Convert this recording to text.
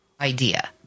idea